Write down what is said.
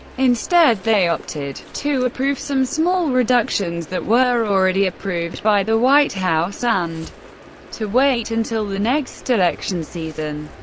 instead, they opted to approve some small reductions that were already approved by the white house and to wait until the next election season.